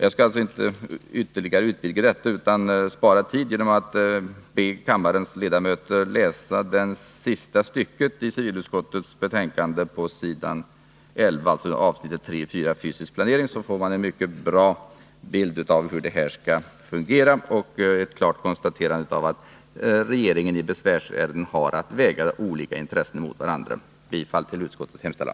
Jag skall inte ytterligare utvidga debatten, utan jag skall spara tid genom att be kammarens ledamöter att läsa vad som står på s. 11 under avsnittet 3.4 Fysisk riksplanering i civilutskottets betänkande. Det som sägs där ger en mycket god bild av hur det här skall fungera. Tydligt och klart konstateras där att regeringen i besvärsärenden har att väga olika intressen mot varandra. Jag yrkar bifall till utskottets hemställan.